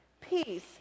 Peace